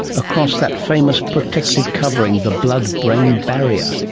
across that famous protective covering, the blood-brain barrier.